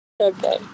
Okay